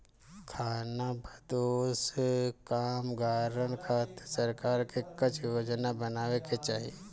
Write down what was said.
खानाबदोश कामगारन खातिर सरकार के कुछ योजना बनावे के चाही